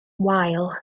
wael